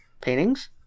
Paintings